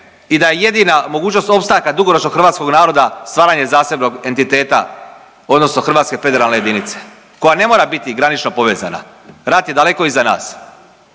i da je jedina mogućnost opstanka dugoročno hrvatskog naroda stvaranje zasebnog entiteta odnosno Hrvatske federalne jedinice koja ne mora biti granično povezana, rat je daleko iza nas